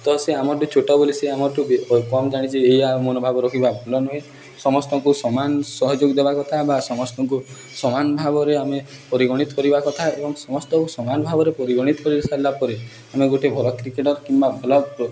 ତ ସେ ଆମରଠୁ ଛୋଟ ବୋଲି ସେ ଆମରଠୁ କମ୍ ଜାଣିଛି ଏଇଆ ମନ ଭାବ ରଖିବା ଭଲ ନୁହେଁ ସମସ୍ତଙ୍କୁ ସମାନ ସହଯୋଗ ଦେବା କଥା ବା ସମସ୍ତଙ୍କୁ ସମାନ ଭାବରେ ଆମେ ପରିଗଣିତ କରିବା କଥା ଏବଂ ସମସ୍ତଙ୍କୁ ସମାନ ଭାବରେ ପରିଗଣିତ କରି ସାରିଲା ପରେ ଆମେ ଗୋଟେ ଭଲ କ୍ରିକେଟର୍ କିମ୍ବା ଭଲ